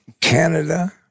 Canada